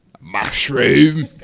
Mushroom